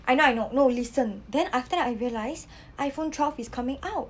I know I know no listen then after that I realise iPhone twelve is coming out